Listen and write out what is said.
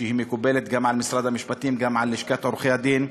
היא מקובלת גם על משרד המשפטים וגם על לשכת עורכי-הדין,